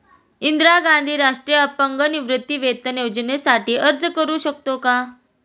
इंदिरा गांधी राष्ट्रीय अपंग निवृत्तीवेतन योजनेसाठी अर्ज करू शकतो का?